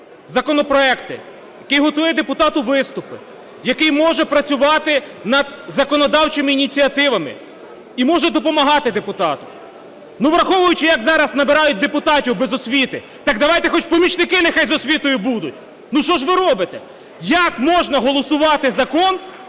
законопроекти, який готує депутату виступи, який може працювати над законодавчими ініціативами і може допомагати депутату. Але враховуючи, як зараз набирають депутатів без освіти, так давайте хоч помічники нехай з освітою будуть! Ну що ж ви робите! Як можна голосувати закон,